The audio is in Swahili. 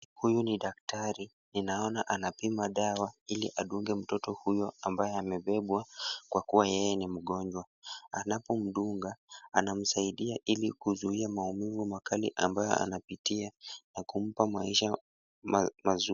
Huyu ni daktari, ninaona anapima dawa ili adunge mtoto huyo ambaye amebebwa kwa kuwa yeye ni mgonjwa. Anapomdunga anamsaidia ili kuzuia maumivu makali ambayo anapitia na kumpa maisha mazuri.